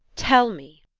tell me!